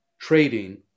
trading